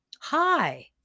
Hi